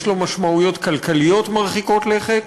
יש לו משמעויות כלכליות מרחיקות לכת.